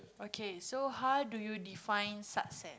okay so how do you define success